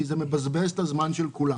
כי זה מבזבז את הזמן של כולם.